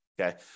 okay